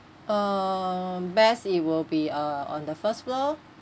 uh best it will be uh on the first floor